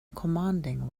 commanding